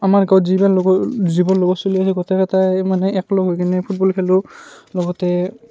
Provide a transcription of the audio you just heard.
আমাৰ গাঁৱত যিজন লগৰ যিবোৰ লগৰ চ'লি আছে গোটেই কেইটাই মানে একলগ হৈ কেনে ফুটবল খেলোঁ লগতে